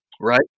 Right